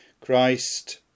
Christ